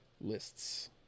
lists